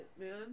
man